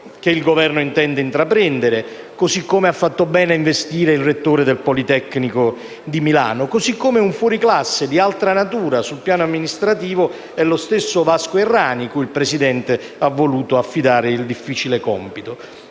Così come ha fatto bene a investire il rettore del Politecnico di Milano. Così come è un fuoriclasse di altra natura, sul piano amministrativo, lo stesso Vasco Errani, al quale il Presidente ha voluto affidare il difficile compito.